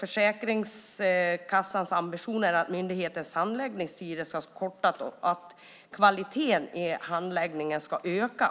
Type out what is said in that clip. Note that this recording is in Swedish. Försäkringskassans ambitioner ska höjas, att myndighetens handläggningstider ska kortas och kvaliteten i handläggningarna öka.